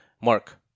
Mark